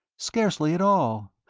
scarcely at all.